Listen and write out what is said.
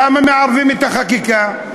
למה מערבים את החקיקה?